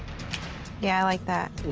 yeah, i like that.